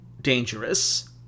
dangerous